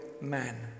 man